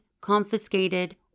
confiscated